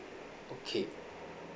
okay